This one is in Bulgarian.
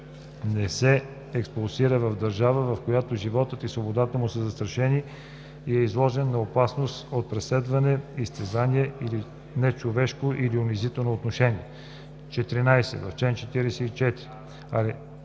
не се експулсира в държава, в която животът и свободата му са застрашени и е изложен на опасност от преследване, изтезание или нечовешко или унизително отношение.“ 14. В чл. 44: